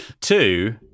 Two